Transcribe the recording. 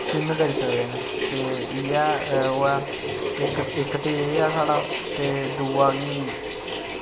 swim करी सकदे न ते इयै ओह् ऐ इक ते ओह् ऐ साढ़ा ते दूआ कि